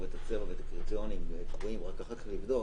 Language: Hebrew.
ואת הקריטריונים ורק אחר כך לבדוק,